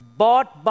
bought